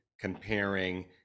comparing